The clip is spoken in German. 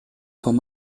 von